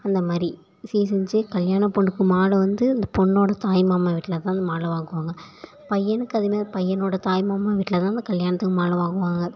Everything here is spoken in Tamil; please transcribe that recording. அந்த மாதிரி சீர் செஞ்சி கல்யாண பொண்ணுக்கு மாலை வந்து அந்த பொண்ணோடய தாய் மாமா வீட்டில் தான் வந்து மாலை வாங்குவாங்க பையனுக்கு அதேமாரி பையனோடய தாய் மாமா வீட்டில் தான் அந்த கல்யாணத்துக்கு மாலை வாங்குவாங்க